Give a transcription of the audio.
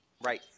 Right